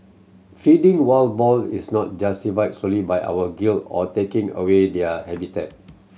feeding wild boar is not justified solely by our guilt of taking away their habitat